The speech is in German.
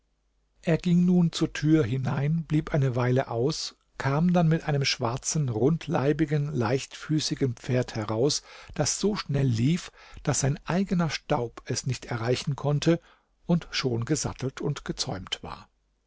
er ging nun zur tür hinein blieb eine weile aus kam dann mit einem schwarzen rundleibigen leichtfüßigen pferd heraus das so schnell lief daß sein eigener staub es nicht erreichen konnte und schon gesattelt und gezäumt war